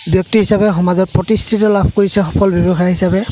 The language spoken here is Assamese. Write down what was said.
ব্যক্তি হিচাপে সমাজত প্ৰতিষ্ঠিত লাভ কৰিছে সফল ব্যৱসায় হিচাপে